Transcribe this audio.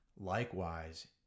Likewise